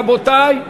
רבותי,